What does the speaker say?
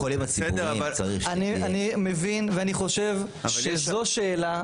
אני מבין ואני חושב שזו שאלה,